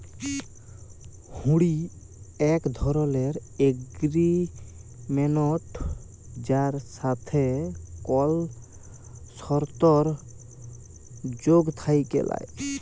হুঁড়ি এক ধরলের এগরিমেনট যার সাথে কল সরতর্ যোগ থ্যাকে ল্যায়